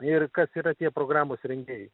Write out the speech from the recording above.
ir kas yra tie programos rengėjai